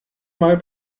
mal